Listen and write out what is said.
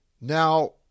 Now